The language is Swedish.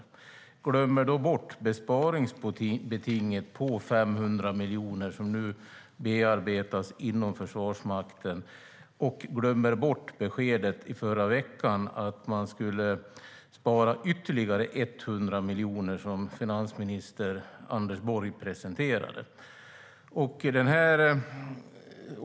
Då glömmer hon besparingsbetinget på 500 miljoner som nu bearbetas inom Försvarsmakten och glömmer beskedet som finansminister Anders Borg presenterade i förra veckan om att spara ytterligare 100 miljoner.